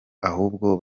ahubwo